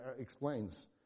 explains